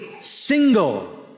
single